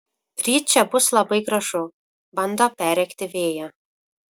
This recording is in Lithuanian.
ryt čia bus labai gražu bando perrėkti vėją